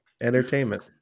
entertainment